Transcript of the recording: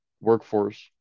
workforce